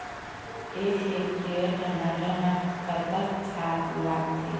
एक हेक्टेयर टमाटर म कतक खाद लागथे?